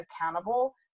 accountable